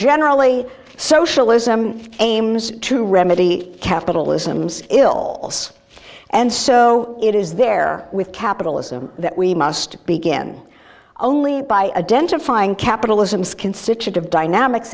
generally socialism aims to remedy capitalisms ill and so it is there with capitalism that we must begin only by identifying capitalism